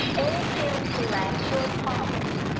exhale, plant your palms,